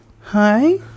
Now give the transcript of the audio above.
Hi